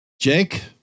Jake